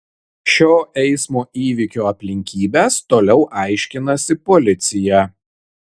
šio eismo įvykio aplinkybes toliau aiškinasi policija